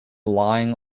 lying